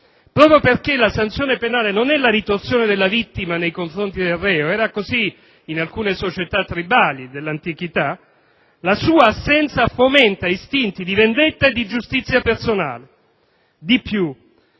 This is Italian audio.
Proprio perché la sanzione penale non è la ritorsione della vittima nei confronti del reo (era così in alcune società tribali dell'antichità), la sua assenza fomenta istinti di vendetta e di giustizia personale. Di più: